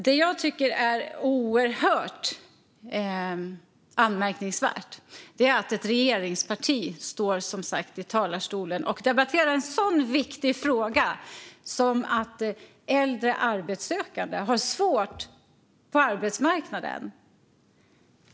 Det jag tycker är oerhört anmärkningsvärt är att en representant för ett regeringsparti som sagt står i talarstolen och debatterar en sådan viktig fråga som att äldre arbetssökande har det svårt på arbetsmarknaden.